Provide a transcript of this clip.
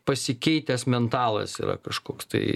pasikeitęs mentalas yra kažkoks tai